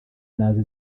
naze